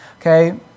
Okay